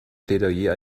plädoyer